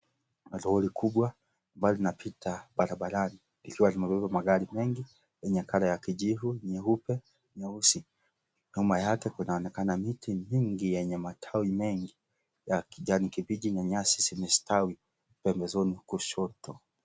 Lori kubwa ambalo lina pita barabarani likiwa limebeba magari mengi yenye rangi ya kijivu, nyeupe nyeusi .Nyuma yake kunaonekana miti mingi yenye matawi mengi ya kijani kibichi na nyasi zimesitawi pembezoni kushoto.